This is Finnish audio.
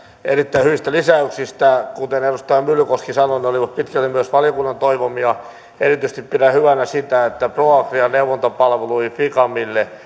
erittäin hyvistä lisäyksistä kuten edustaja myllykoski sanoi ne olivat pitkälle myös valiokunnan toivomia erityisesti pidän hyvänä sitä että pro agrian neuvontapalveluihin ficamille